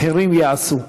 אחרים יעשו,